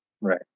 Right